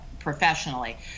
professionally